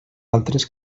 altres